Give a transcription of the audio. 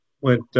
went